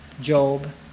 Job